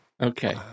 Okay